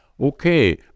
okay